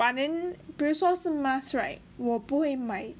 but then 比如说是 masks right 我不会买